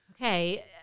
Okay